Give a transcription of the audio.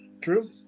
True